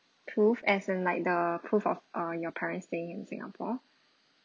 prove as an like the proof of uh your parents' staying in singapore